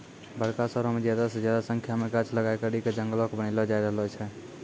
बड़का शहरो मे ज्यादा से ज्यादा संख्या मे गाछ लगाय करि के जंगलो के बनैलो जाय रहलो छै